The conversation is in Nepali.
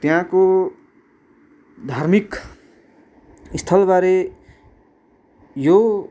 त्यहाँको धार्मिक स्थलबारे यो